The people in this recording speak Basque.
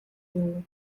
dugu